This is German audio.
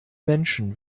menschen